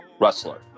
wrestler